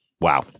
wow